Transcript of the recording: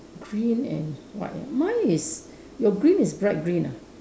green and white ah mine is your green is bright green ah